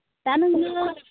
दा नोंनो